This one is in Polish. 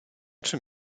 czym